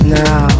now